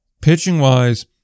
pitching-wise